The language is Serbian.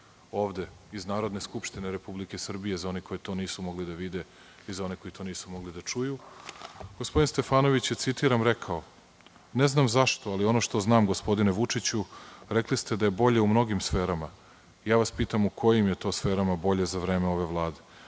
iz Narodne skupštine Republike Srbije, za one koji to nisu mogli da vide i za one koji to nisu mogli da čuju. Gospodin Stefanović je, citiram, rekao: „Ne znam zašto, ali ono što znam, gospodine Vučiću, rekli ste da je bolje u mnogim sferama. Ja vas pitam – u kojim je to sferama bolje za vreme ove Vlade?